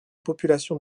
population